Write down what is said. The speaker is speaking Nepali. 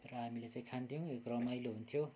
र हामीले चाहिँ खान्थ्यौँ एक रमाइलो हुन्थ्यो